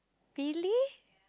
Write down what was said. really